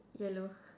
yellow